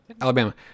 Alabama